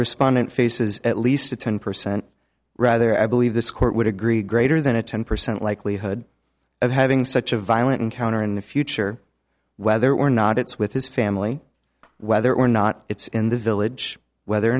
respondent faces at least a ten percent rather i believe this court would agree greater than a ten percent likelihood of having such a violent encounter in the future whether or not it's with his family whether or not it's in the village whether or